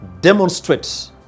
demonstrate